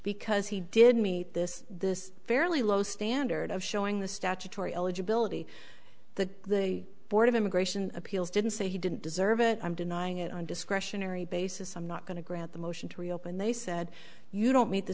because he me this this fairly low standard of showing the statutory eligibility the board of immigration appeals didn't say he didn't deserve it i'm denying it on discretionary basis i'm not going to grant the motion to reopen they said you don't meet the